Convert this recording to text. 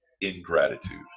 Ingratitude